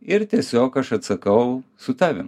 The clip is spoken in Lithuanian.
ir tiesiog aš atsakau su tavim